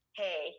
hey